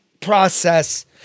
process